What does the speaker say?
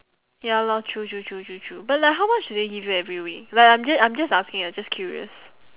ya lor true true true true true but like how much do they give you every week like I'm just I'm just asking ah just curious